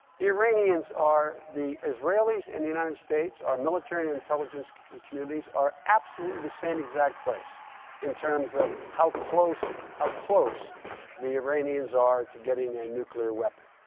the iranians are the israelis and the united states our military and intelligence and communities are absolutely the same exact place in terms of how close how close the iranians are to getting a nuclear weapon.